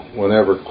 whenever